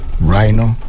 rhino